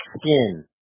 skin